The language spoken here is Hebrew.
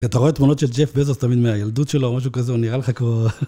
אתה רואה תמונות של ג'ף בזוס תמיד מהילדות שלו, או משהו כזה, הוא נראה לך כמו...